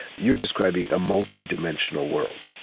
you're describing a multi-dimensional world,